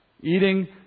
Eating